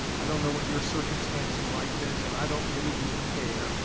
i don't know what your circumstance in life is, and i don't really even care.